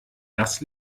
das